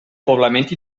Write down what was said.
poblament